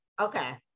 Okay